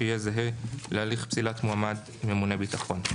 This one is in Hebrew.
שיהיה זהה להליך פסילת מועמד ממונה ביטחון.